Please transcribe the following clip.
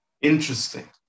Interesting